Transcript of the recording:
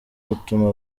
butuma